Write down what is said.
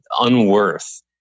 unworth